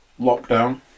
lockdown